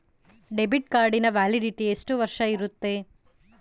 Debit ಕಾರ್ಡಿನ validity ಎಷ್ಟು ವರ್ಷ ಇರುತ್ತೆ?